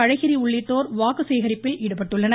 அழகிரி உள்ளிட்டோர் வாக்குசேகரிப்பில் ஈடுபட்டுள்ளனர்